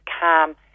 calm